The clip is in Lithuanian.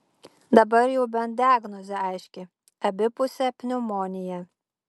dabar jau bent diagnozė aiški abipusė pneumonija